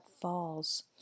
falls